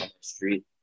street